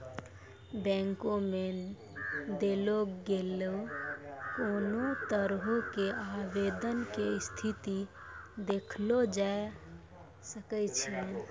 बैंको मे देलो गेलो कोनो तरहो के आवेदन के स्थिति देखलो जाय सकै छै